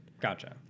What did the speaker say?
gotcha